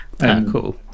Cool